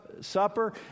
supper